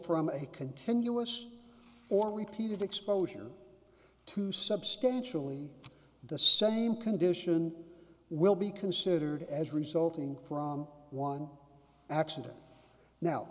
from a continuous or repeated exposure to substantially the same condition will be considered as resulting from one accident now